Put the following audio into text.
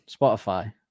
Spotify